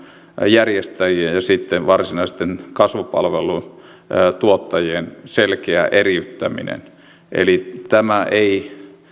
järjestäjien ja ja sitten varsinaisten kasvupalvelutuottajien selkeä eriyttäminen tämä ei